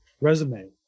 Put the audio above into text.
resume